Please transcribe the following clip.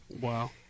Wow